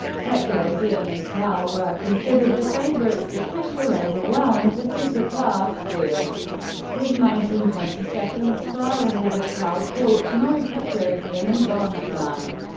petrosian and tal were considered the favorites, but fischer overwhelmed the super-class field with nineteen twenty two, far ahead of tal, korchnoi, petrosian, and bronstein.